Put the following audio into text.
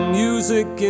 music